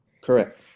Correct